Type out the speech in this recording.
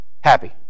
happy